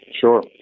Sure